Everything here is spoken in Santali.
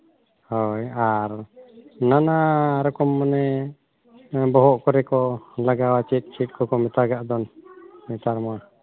ᱦᱳᱭ ᱟᱨ ᱱᱟᱱᱟ ᱨᱚᱠᱚᱢ ᱢᱟᱱᱮ ᱵᱚᱦᱚᱜ ᱠᱚᱨᱮ ᱠᱚ ᱞᱟᱜᱟᱣᱟ ᱪᱮᱫ ᱪᱷᱤᱴ ᱠᱚᱠᱚ ᱢᱮᱛᱟᱜᱟᱜ ᱫᱚ ᱱᱮᱛᱟᱨ ᱢᱟ